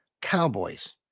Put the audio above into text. Cowboys